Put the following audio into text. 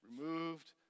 removed